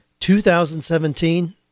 2017